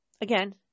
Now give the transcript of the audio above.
Again